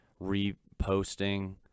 reposting